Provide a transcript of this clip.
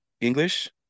English